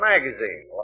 magazine